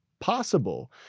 possible